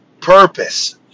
purpose